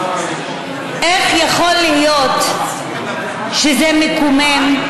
איך יכול להיות שזה מקומם,